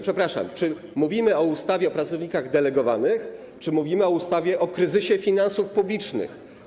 Przepraszam, czy mówimy o ustawie o pracownikach delegowanych, czy mówimy o ustawie o kryzysie finansów publicznych?